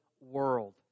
world